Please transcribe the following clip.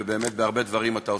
ובאמת אתה עושה